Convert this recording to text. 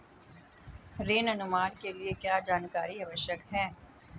ऋण अनुमान के लिए क्या जानकारी आवश्यक है?